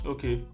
Okay